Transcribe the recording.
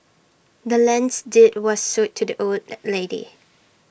the land's deed was sold to the old lady